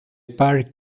party